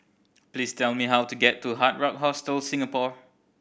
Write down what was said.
please tell me how to get to Hard Rock Hostel Singapore